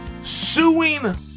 suing